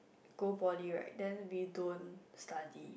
go poly right then we don't study